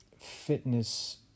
fitness